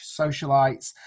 Socialites